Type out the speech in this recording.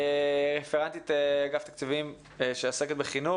רפרנטית אגף התקציבים שעוסקת בחינוך.